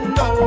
no